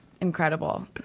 incredible